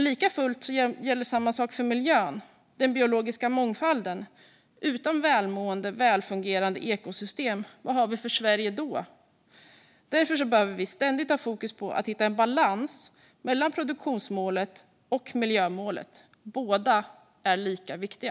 Likafullt gäller samma sak för miljön och den biologiska mångfalden. Utan välmående, välfungerande ekosystem, vad har vi för Sverige då? Därför behöver vi ständigt ha fokus på att hitta en balans mellan produktionsmålet och miljömålet. Båda är lika viktiga.